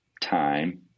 time